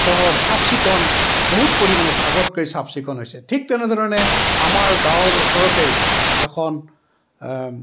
চহৰ চাফ চিকুণ বহুত পৰিমাণে আগতকৈ চাফ চিকুণ হৈছে ঠিক তেনেধৰণে আমাৰ গাঁৱৰ ওচৰতেই এখন